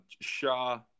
Shah